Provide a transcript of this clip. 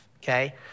Okay